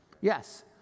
Yes